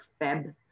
Feb